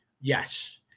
yes